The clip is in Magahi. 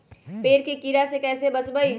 पेड़ के कीड़ा से कैसे बचबई?